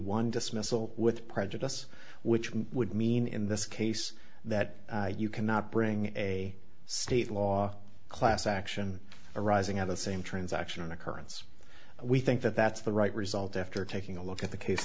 dismissal with prejudice which would mean in this case that you cannot bring a state law class action arising out of same transaction occurrence we think that that's the right result after taking a look at the case